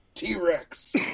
t-rex